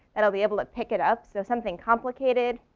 and i'll be able to pick it up so something complicated.